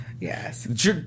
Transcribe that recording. Yes